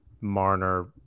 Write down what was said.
Marner